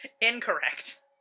Incorrect